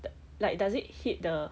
l~ like does it hit the